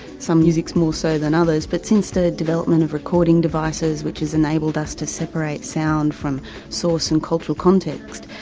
some musics more so than others but since the development of recording devices, which has enabled us to separate sound from source and cultural context,